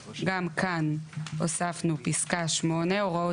גם כאן הוספנו פסקה 8. תשלום חיובים למתן היתר 158סב(ד) (8) הוראות